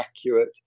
accurate